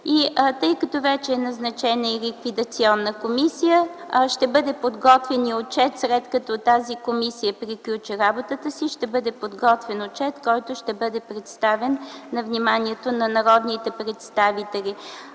Тъй като вече е назначена ликвидационна комисия, след като тази комисия приключи работата си, ще бъде подготвен отчет, който ще бъде представен на вниманието на народните представители.